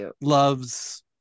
loves